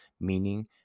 meaning